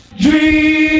Dream